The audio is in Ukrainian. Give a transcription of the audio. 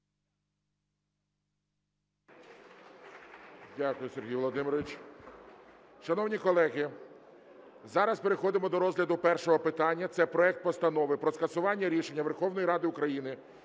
Дякую, Сергій Володимирович. Шановні колеги, зараз переходимо до розгляду першого питання. Це проект Постанови про скасування рішення Верховної Ради України